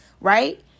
right